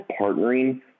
partnering